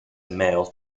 male